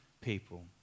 people